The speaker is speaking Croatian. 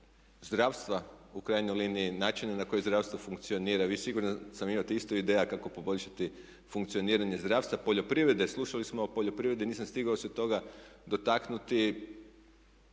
zdravstva u krajnjoj liniji, načina na koji zdravstvo funkcionira. Vi siguran sam imate isto ideja kako poboljšati funkcioniranje zdravstva, poljoprivrede. Slušali smo o poljoprivredi, nisam stigao se toga dotaknuti.